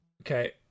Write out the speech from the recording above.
okay